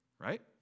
right